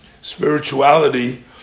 spirituality